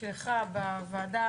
שלך בוועדה